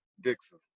Dixon